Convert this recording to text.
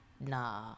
Nah